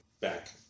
back